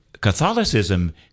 Catholicism